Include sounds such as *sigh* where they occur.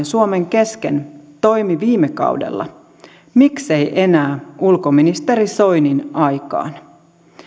*unintelligible* suomen kesken toimi viime kaudella miksei enää ulkoministeri soinin aikaan